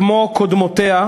כמו מדיניות קודמותיה,